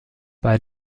bei